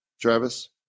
Travis